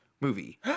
movie